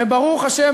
וברוך השם,